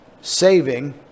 saving